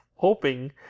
hoping